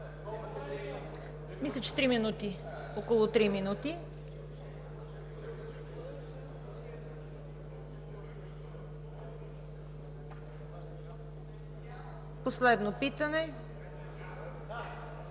Мисля, че три минути, около три минути. Последно питане?